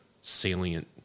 salient